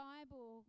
Bible